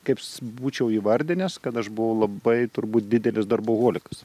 kaip būčiau įvardinęs kad aš buvau labai turbūt didelis darboholikas